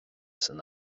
san